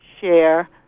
share